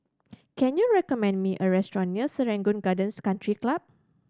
can you recommend me a restaurant near Serangoon Gardens Country Club